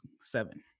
seven